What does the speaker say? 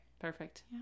perfect